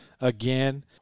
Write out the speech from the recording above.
again